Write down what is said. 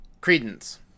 Credence